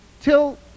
till